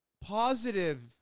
positive